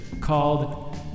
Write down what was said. called